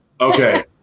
Okay